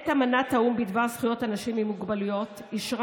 את אמנת האו"ם בדבר זכויות אנשים עם מוגבלויות אישרה